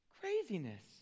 craziness